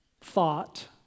thought